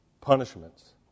punishments